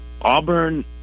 Auburn